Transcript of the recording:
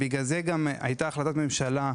בגלל זה גם הייתה החלטת ממשלה,